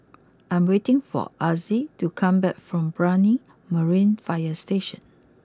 I am waiting for Azzie to come back from Brani Marine fire Station